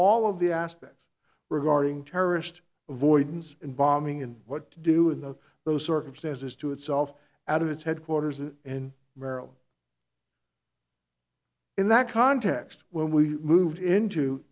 all of the aspects regarding terrorist avoidance and bombing in what to do in the those circumstances to itself out of its headquarters in maryland in that context when we moved into